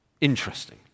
Interesting